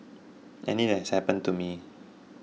and it has happened to me